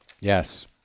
Yes